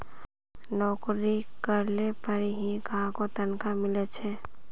नोकरी करले पर ही काहको तनखा मिले छे